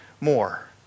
more